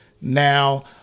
Now